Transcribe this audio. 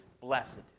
blessed